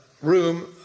room